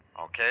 Okay